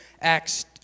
Acts